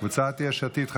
קבוצת סיעת יש עתיד,